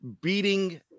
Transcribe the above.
beating